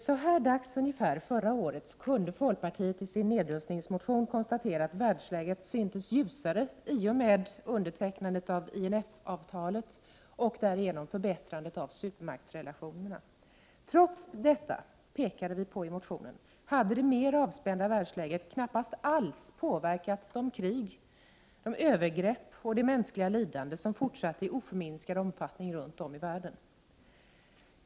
Fru talman! Så här dags förra året kunde folkpartiet i sin nedrustningsmotion konstatera att världsläget syntes ljusare i och med undertecknandet av INF-avtalet och därmed förbättrandet av supermaktsrelationerna. Trots detta, pekade vi på i motionen, hade det mera avspända världsläget knappast alls påverkat de krig, övergrepp och det mänskliga lidande som fortsatte i oförminskad omfattning runt om i världen.